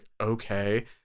okay